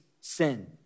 sin